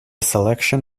selection